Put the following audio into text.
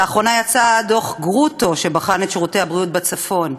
לאחרונה יצא דוח גרוטו שבחן את שירותי הבריאות בצפון.